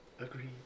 Agreed